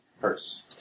purse